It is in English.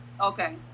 Okay